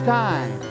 time